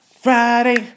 Friday